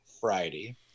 Friday